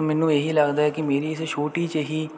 ਮੈਨੂੰ ਇਹ ਹੀ ਲੱਗਦਾ ਕਿ ਮੇਰੀ ਇਸ ਛੋਟੀ ਜਿਹੀ